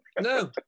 No